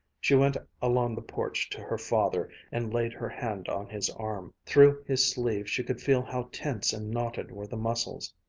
she went along the porch to her father, and laid her hand on his arm. through his sleeve she could feel how tense and knotted were the muscles.